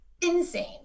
insane